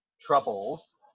troubles